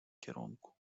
kierunku